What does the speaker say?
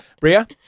Bria